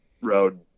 road